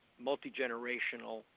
multi-generational